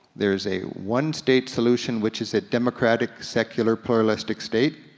there's a one-state solution which is a democratic, secular, pluralistic state,